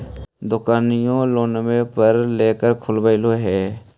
दोकनिओ लोनवे पर लेकर खोललहो हे?